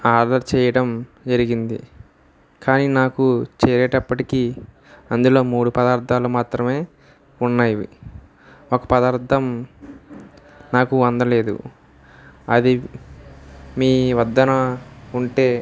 order చేయడం జరిగింది కానీ నాకు చేరేటప్పటికి అందులో మూడు పదార్థాలు మాత్రమే ఉన్నాయి ఒక పదార్థం నాకు అందలేదు అది మీ వద్దన ఉంటే